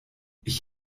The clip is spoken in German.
ich